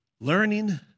Learning